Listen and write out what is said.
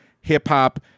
hip-hop